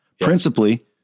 Principally